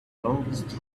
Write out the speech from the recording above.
longest